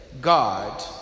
God